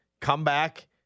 comeback